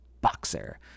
boxer